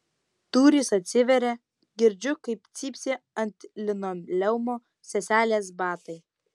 durys atsiveria girdžiu kaip cypsi ant linoleumo seselės batai